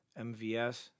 MVS